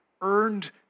earned